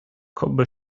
коби